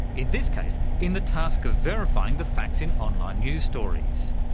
in this case, in the task of verifying the facts in online news stories.